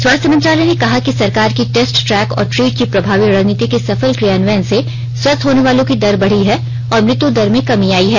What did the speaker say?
स्वास्थ्य मंत्रालय ने कहा कि सरकार की टेस्ट ट्रैक और ट्रीट की प्रभावी रणनीति के सफल क्रियान्वयन से स्वस्थ होने वालों की दर बढी है और मृत्यु दर में कमी आई है